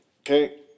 Okay